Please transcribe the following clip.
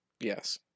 yes